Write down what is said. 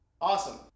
awesome